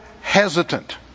hesitant